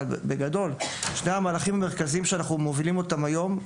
אבל בגדול שני המהלכים המרכזיים שאנחנו מובילים אותם היום,